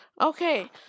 Okay